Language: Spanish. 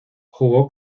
jugó